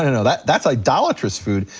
ah no no, that's that's idolatrous food,